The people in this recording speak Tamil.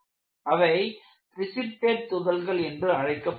அவை பிரெஸிபிட்டட் துகள்கள் என்று அழைக்கப்படுகின்றன